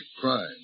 crime